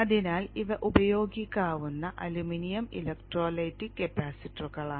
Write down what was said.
അതിനാൽ ഇവ ഉപയോഗിക്കാവുന്ന അലുമിനിയം ഇലക്ട്രോലൈറ്റിക് കപ്പാസിറ്ററുകളാണ്